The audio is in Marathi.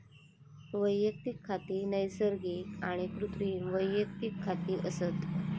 वैयक्तिक खाती नैसर्गिक आणि कृत्रिम वैयक्तिक खाती असत